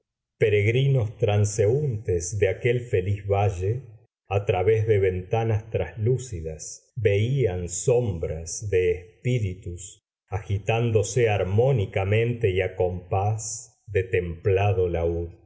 peregrinos transeuntes de aquel feliz valle a través de ventanas translúcidas veían sombras de espíritus agitándose armónicamente y a compás de templado laúd al